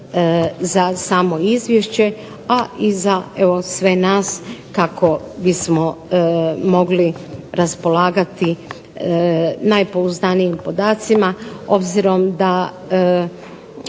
za samo izvješće, a i za sve nas kako bismo mogli raspolagati najpouzdanijim podacima. Obzirom da